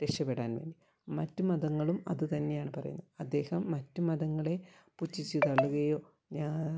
രക്ഷപ്പെടാൻ വേ മറ്റ് മതങ്ങളും അത് തന്നെയാണ് പറയുന്നത് അദ്ദേഹം മറ്റ് മതങ്ങളെ പുച്ഛിച്ച് തള്ളുകയോ ഞാൻ